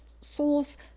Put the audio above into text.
sauce